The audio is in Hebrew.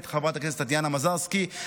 ולחברת הכנסת טטיאנה מזרסקי,